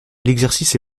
l’exercice